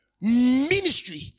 ministry